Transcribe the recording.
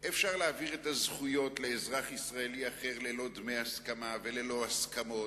אפשר להעביר את הזכויות לאזרח ישראלי אחר ללא דמי הסכמה וללא הסכמות,